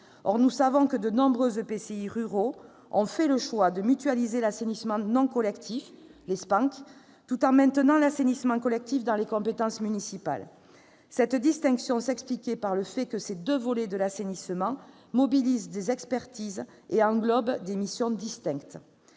Or nous savons que de nombreux EPCI ruraux ont fait le choix de mutualiser l'assainissement non collectif, avec le service public d'assainissement non collectif, le SPANC, tout en maintenant l'assainissement collectif dans les compétences municipales. Cette distinction s'expliquait par le fait que ces deux volets de l'assainissement mobilisent des expertises et englobent des missions distinctes.